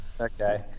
Okay